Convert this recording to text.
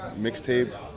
Mixtape